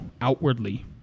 outwardly